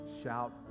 shout